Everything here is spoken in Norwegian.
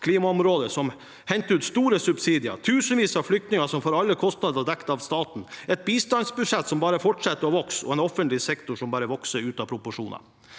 klimaområdet som henter ut store subsidier, tusenvis av flyktninger som får alle kostnader dekket av staten, et bistandsbudsjett som bare fortsetter å vokse, og en offentlig sektor som bare vokser ut av proporsjoner.